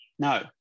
No